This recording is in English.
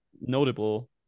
notable